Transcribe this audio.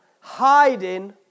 hiding